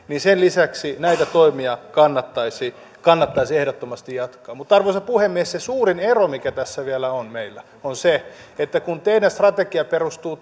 niin sen lisäksi näitä toimia kannattaisi kannattaisi ehdottomasti jatkaa mutta arvoisa puhemies se suurin ero mikä tässä vielä on meillä on se että kun teidän strategianne perustuu